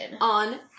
on